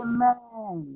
Amen